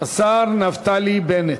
השר נפתלי בנט.